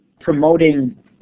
promoting